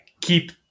keep